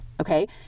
okay